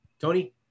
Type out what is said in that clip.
Tony